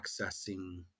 accessing